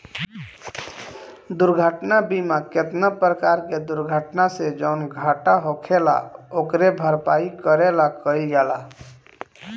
दुर्घटना बीमा केतना परकार के दुर्घटना से जवन घाटा होखेल ओकरे भरपाई करे ला कइल जाला